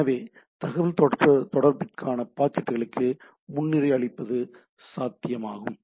எனவே தகவல்தொடர்புக்கான பாக்கெட்டுகளுக்கு முன்னுரிமை அளிப்பது சாத்தியமாகும்